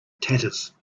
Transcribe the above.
tatters